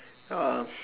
uh